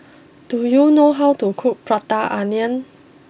do you know how to cook Prata Onion